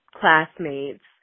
classmates